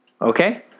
Okay